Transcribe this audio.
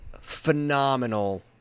phenomenal